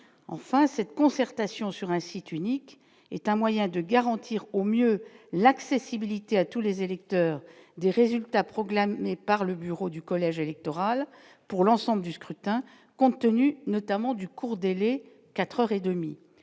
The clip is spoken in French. enfin cette concertation sur un site unique est un moyen de garantir au mieux l'accessibilité à tous les électeurs des résultats proclamés par le bureau du collège électoral pour l'ensemble du scrutin, compte tenu notamment du court délai 4